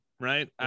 right